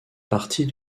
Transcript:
partie